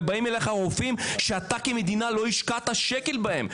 ובאים אליך רופאים שאתה כמדינה לא השקעת שקל בהם,